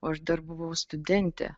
o aš dar buvau studentė